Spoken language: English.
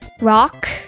Rock